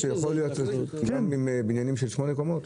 שיכול להיות גם בבניינים של שמונה קומות?